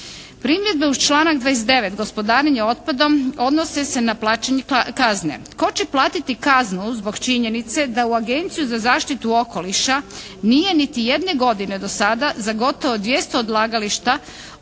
Primjedbe uz članak 29. gospodarenja otpadom odnose se na plaćanje kazne. Tko će platiti kaznu zbog činjenice da u Agenciju za zaštitu okoliša nije niti jedne godine do sada za gotovo 200 odlagališta otpada